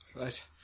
Right